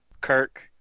Kirk